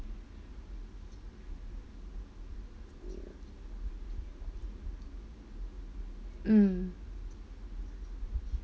mm